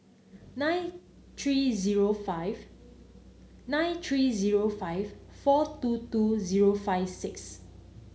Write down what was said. nine three zero five nine three zero five four two two zero five six